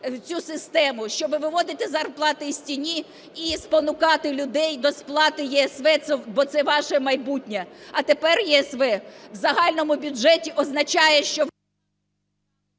цю систему, щоб виводити зарплати із тіні і спонукати людей до слати ЄСВ, бо це ваше майбутнє. А тепер ЄСВ у загальному бюджеті означає, що...